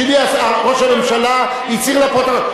בשבילי ראש הממשלה הצהיר לפרוטוקול,